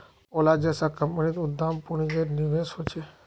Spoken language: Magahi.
ओला जैसा कम्पनीत उद्दाम पून्जिर निवेश होछे